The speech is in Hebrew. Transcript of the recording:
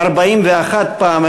41 פעם,